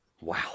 Wow